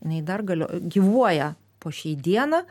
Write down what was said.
jinai dar galio gyvuoja po šiai dieną